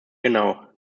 genau